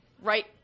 Right